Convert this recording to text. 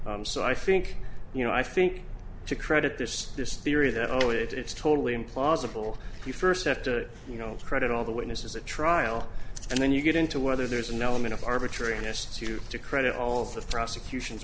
so i think you know i think to credit there's this theory that oh it's totally implausible you first have to you know credit all the witnesses a trial and then you get into whether there's an element of arbitrariness to you to credit all the prosecution